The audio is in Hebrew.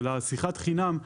של שיחת חינם,